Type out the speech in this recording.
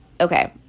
okay